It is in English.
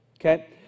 okay